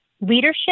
leadership